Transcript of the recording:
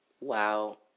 wow